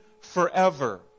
forever